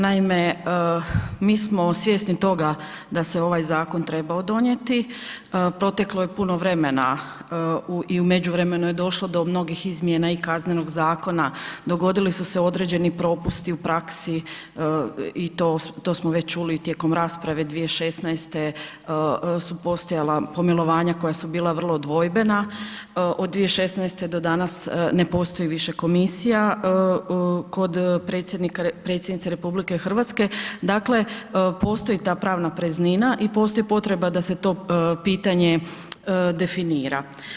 Naime, mi smo svjesni toga da se ovaj zakon trebao donijeti, proteklo je puno vremenu i u međuvremenu je došlo do mnogih izmjena i Kaznenog zakona, dogodili su se određeni propusti u praksi i to smo već čuli i tijekom rasprave 2016. su postojala pomilovanja koja su bila vrlo dvojbena, od 2016. do danas ne postoji više komisija kod Predsjednice RH, dakle postoji ta pravna praznina i postoji potreba da se to pitanje definira.